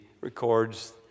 records